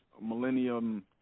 millennium